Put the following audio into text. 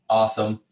awesome